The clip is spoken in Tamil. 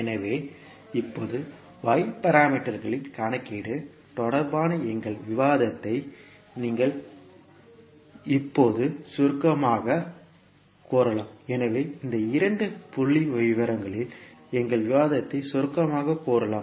எனவே இப்போது y பாராமீட்டர்களின் கணக்கீடு தொடர்பான எங்கள் விவாதத்தை நீங்கள் இப்போது சுருக்கமாகக் கூறலாம் எனவே இந்த இரண்டு புள்ளிவிவரங்களில் எங்கள் விவாதத்தை சுருக்கமாகக் கூறலாம்